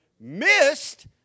Missed